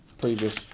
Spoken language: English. previous